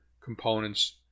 components